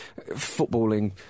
footballing